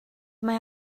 mae